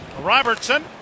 Robertson